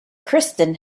kristen